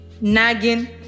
Nagging